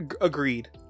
agreed